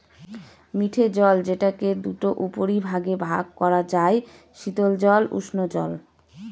মিঠে জল যেটাকে দুটা উপবিভাগে ভাগ করা যায়, শীতল জল ও উষ্ঞজল